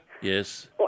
Yes